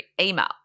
email